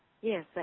Yes